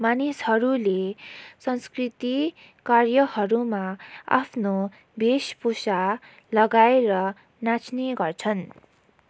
मानिसहरूले संस्कृति कार्यहरूमा आफ्नो वेशभूषा लगाएर नाच्ने गर्छन्